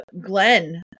Glenn